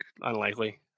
unlikely